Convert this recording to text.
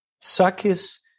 Sakis